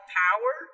power